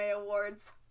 Awards